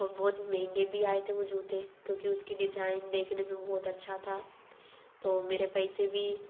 ओर बहुत महंगे भी आए थे वो जूते क्योंकि उसकी डिजाइन देखने में वो बहुत अच्छा था तो मेरे पैसे भी